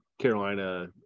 Carolina